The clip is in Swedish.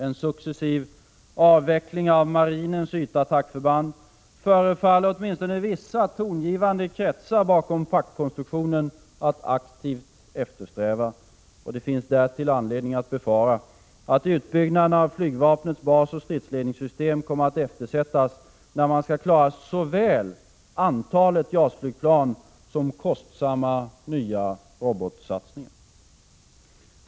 En successiv avveckling av marinens ytattackförband förefaller vissa tongivande kretsar bakom paktkonstruktionen att aktivt eftersträva. Det finns därtill anledning att befara att utbyggnaden av flygvapnets basoch stridsledningssystem kommer att eftersättas, när man skall klara såväl antalet JAS-flygplan som kostsamma nya robotsatsningar.